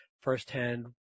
firsthand